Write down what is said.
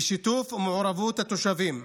בשיתוף ובמעורבות התושבים,